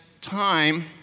time